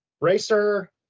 Racer